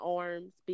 arms